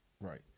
Right